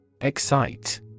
Excite